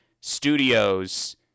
studios